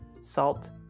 salt